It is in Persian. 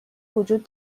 وجود